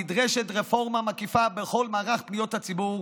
נדרשת רפורמה מקיפה בכל מערך פניות הציבור,